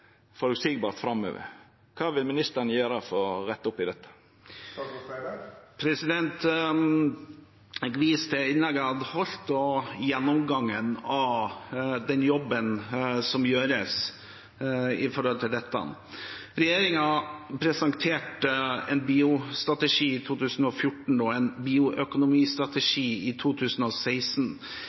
føreseieleg framover. Kva vil statsråden gjere for rette opp i dette? Jeg vil vise til innlegget jeg holdt og gjennomgangen av den jobben som gjøres med dette. Regjeringen presenterte en biogasstrategi i 2014 og en bioøkonomistrategi i 2016.